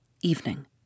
EVENING